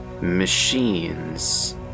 machines